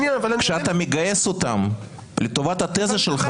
כשאתה מגייס אותם לטובת התזה שלך,